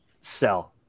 Sell